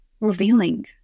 revealing